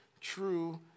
true